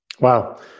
Wow